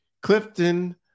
Clifton